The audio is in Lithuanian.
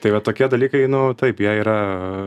tai va tokie dalykai nu taip jie yra